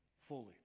Fully